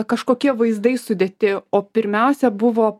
kažkokie vaizdai sudėti o pirmiausia buvo